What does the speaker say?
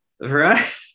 right